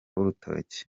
w’urutoki